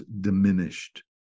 diminished